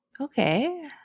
okay